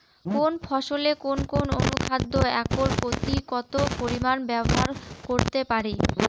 কোন ফসলে কোন কোন অনুখাদ্য একর প্রতি কত পরিমান ব্যবহার করতে পারি?